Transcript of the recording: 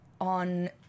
on